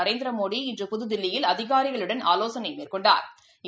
நரேந்திரமோடி இன்று புதுதில்லியில் அதிகாரிகளுடன் ஆலோசனைமேற்கொண்டாா்